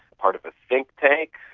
part of a think tank.